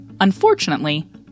Unfortunately